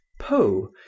poe